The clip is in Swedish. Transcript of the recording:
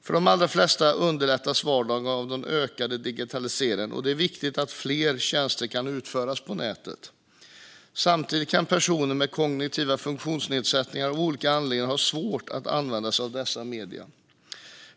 För de allra flesta underlättas vardagen av den ökade digitaliseringen, och det är viktigt att fler tjänster kan utföras på nätet. Samtidigt kan personer med kognitiva funktionsnedsättningar av olika anledningar ha svårt att använda sig av dessa medier.